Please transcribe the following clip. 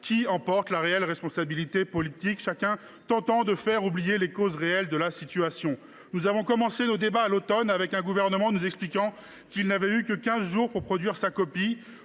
qui en porte la réelle responsabilité politique, chacun tentant de faire oublier les causes réelles de la situation. Lorsque nous avons commencé nos débats à l’automne, le Gouvernement nous expliquait qu’il n’avait eu que quinze jours pour produire sa copie.